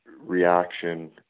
reaction